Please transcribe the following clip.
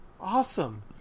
awesome